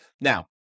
Now